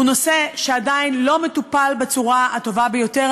הוא נושא שעדיין לא מטופל בצורה הטובה ביותר.